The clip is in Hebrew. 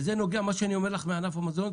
ומה שאני אומר לך מענף המזון,